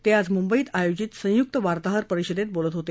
ते आज मुंबईत आयोजित संयुक्त वार्ताहर परिषदेत बोलत होते